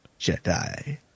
Jedi